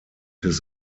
his